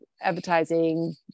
advertising